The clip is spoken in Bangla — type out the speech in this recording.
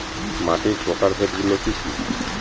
মাটির প্রকারভেদ গুলো কি কী?